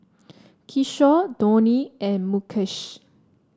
Kishore Dhoni and Mukesh